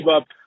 up